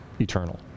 eternal